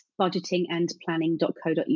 budgetingandplanning.co.uk